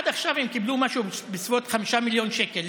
עד עכשיו הם קיבלו משהו בסביבות 5 מיליון שקל.